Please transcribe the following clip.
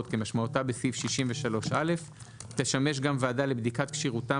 כמשמעותה בסעיף 63א תשתמש גם ועדה לבדיקת כשירותם